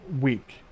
week